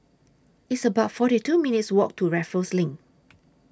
It's about forty two minutes' Walk to Raffles LINK